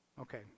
okay